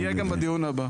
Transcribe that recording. אני אהיה גם בדיון הבא.